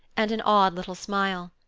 and an odd little smile.